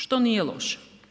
Što nije loše.